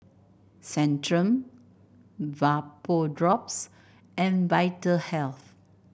Centrum Vapodrops and Vitahealth